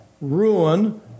ruin